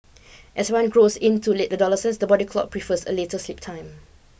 as one grows into late adolescence the body clock prefers a later sleep time